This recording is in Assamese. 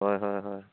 হয় হয় হয়